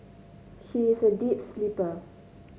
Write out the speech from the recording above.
she is a deep sleeper